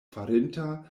farinta